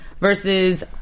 versus